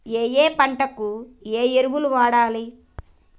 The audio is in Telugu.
ఏయే పంటకు ఏ ఎరువులు వాడాలి?